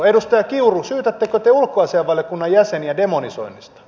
edustaja kiuru syytättekö te ulkoasiainvaliokunnan jäseniä demonisoinnista